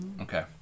Okay